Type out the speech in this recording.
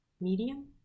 Medium